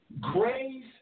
Grace